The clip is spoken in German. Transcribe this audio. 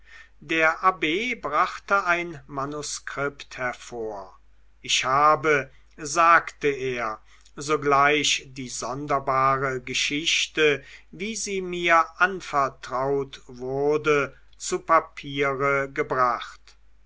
der abb brachte ein manuskript hervor ich habe sagte er sogleich die sonderbare geschichte wie sie mir anvertraut wurde zu papier gebracht